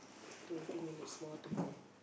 twenty minutes more to go